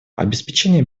обеспечение